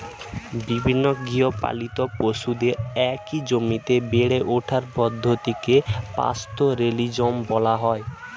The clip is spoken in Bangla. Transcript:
বিভিন্ন গৃহপালিত পশুদের একই জমিতে বেড়ে ওঠার পদ্ধতিকে পাস্তোরেলিজম বলা হয়